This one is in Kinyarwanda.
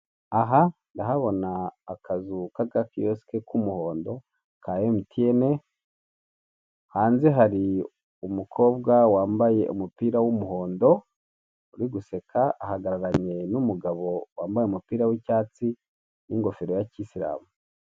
Aha ndahabona akazu kaga kiyosike k'umuhondo ka MTN hanze hari umukobwa wambaye umupira w'umuhondo uri guseka ahagararanye n'umugabo wambaye umupira w'icyatsi n'ingofero ya cy'isilamu.